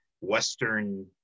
Western